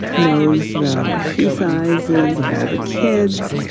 knows the shoe sizes of all the kids.